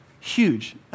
huge